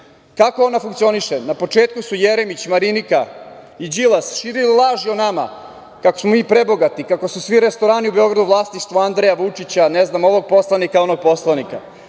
ona funkcioniše? Na početku su Jeremić, Marinika i Đilas širili laži o nama kako smo mi prebogati, kako su svi restorani u Beogradu vlasništvo Andreja Vučića, ne znam ovog poslanika, onog poslanika.